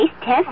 test